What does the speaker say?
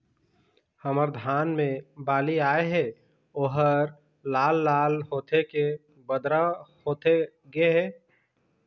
हमर धान मे बाली आए हे ओहर लाल लाल होथे के बदरा होथे गे हे?